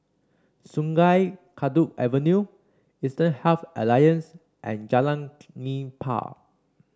Sungei Kadut Avenue Eastern Health Alliance and Jalan Nipah